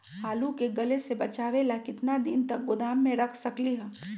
आलू के गले से बचाबे ला कितना दिन तक गोदाम में रख सकली ह?